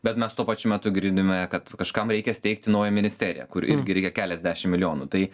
bet mes tuo pačiu metu girdime kad kažkam reikia steigti naują ministeriją kur irgi reikia keliasdešim milijonų tai